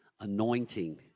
anointing